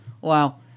Wow